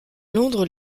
londres